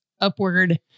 upward